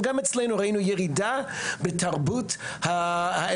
אבל גם אצלנו ראינו ירידה בתרבות האמת,